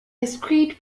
discreet